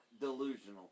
delusional